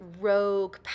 rogue